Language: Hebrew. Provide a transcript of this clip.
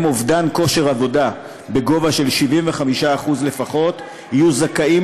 אובדן כושר עבודה בגובה של 75% לפחות יהיו זכאים